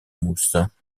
mousse